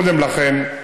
קודם לכן,